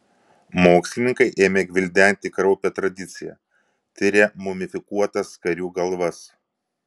mokslininkai ėmė gvildenti kraupią tradiciją tiria mumifikuotas karių galvas